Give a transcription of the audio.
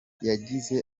yagize